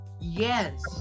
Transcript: yes